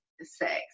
sex